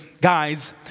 guys